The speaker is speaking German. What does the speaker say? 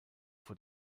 vor